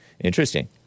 Interesting